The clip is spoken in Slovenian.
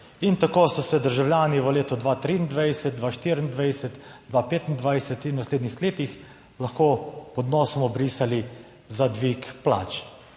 In tako so se državljani v letu 2023, 2024, 2025 in v naslednjih letih lahko pod nosom obrisali za dvig plač,